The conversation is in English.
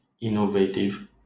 innovative